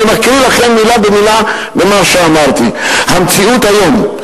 אני מקריא לכם מלה במלה ממה שאמרתי: "המציאות היום,